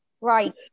right